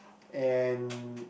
and